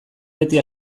beti